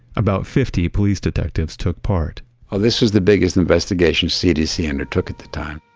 about fifty police detectives took part oh this was the biggest investigation cdc undertook at the time.